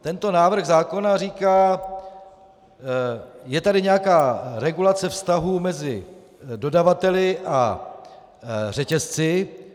Tento návrh zákona říká: je tady nějaká regulace vztahů mezi dodavateli a řetězci.